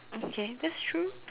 okay that's true